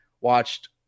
watched